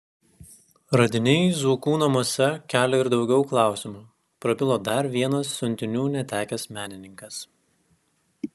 radiniai zuokų namuose kelia ir daugiau klausimų prabilo dar vienas siuntinių netekęs menininkas